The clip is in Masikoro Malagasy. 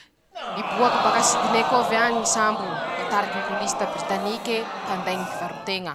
niboaky bak'isidinekôvy añy sambony, nitariky ñy kolisita britanike mpanday ñy pivarotena.